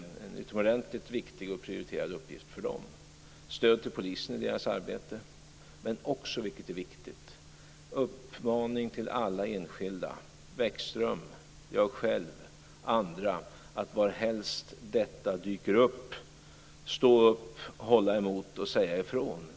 Det är en utomordentligt viktig och prioriterad uppgift för säkerhetspolisen. Det gäller också stödet till polisen i dess arbete. Men det är också, vilket är viktigt, en uppmaning till alla enskilda - Bäckström, jag själv och andra - att var helst detta dyker upp stå upp, hålla emot och säga ifrån.